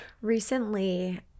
Recently